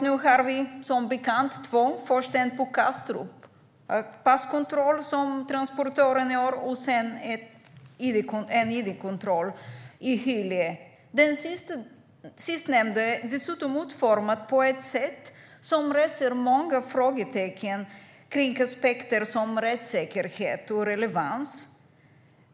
Nu har vi som bekant två kontroller, först en passkontroll på Kastrup som transportören gör och sedan en id-kontroll i Hyllie. Den sistnämnda är dessutom utformad på ett sätt som reser många frågetecken kring aspekter som rättssäkerhet och relevans.